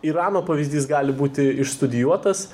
irano pavyzdys gali būti išstudijuotas